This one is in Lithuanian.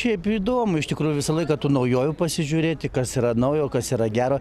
šiaip įdomu iš tikrųjų visą laiką tų naujovių pasižiūrėti kas yra naujo kas yra gero